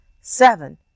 Seven